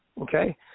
Okay